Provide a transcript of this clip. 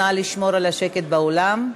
נא לשמור על השקט באולם,